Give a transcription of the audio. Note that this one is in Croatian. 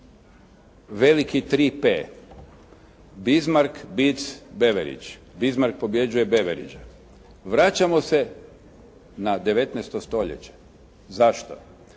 veliki "3P" Bismarck beets Beveridge. Bismarck pobjeđuje Beveridgea. Vraćamo se na 19. stoljeće. Zašto?